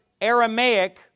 Aramaic